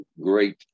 great